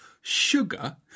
sugar